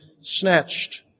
snatched